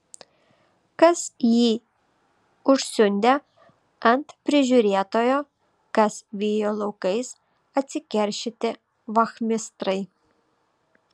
kas jį užsiundė ant prižiūrėtojo kas vijo laukais atsikeršyti vachmistrai